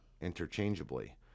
interchangeably